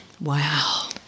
Wow